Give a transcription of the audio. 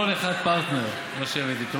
כל אחד פרטנר לשבת איתו,